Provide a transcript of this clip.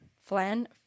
Flan